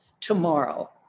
tomorrow